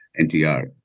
NTR